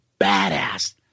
badass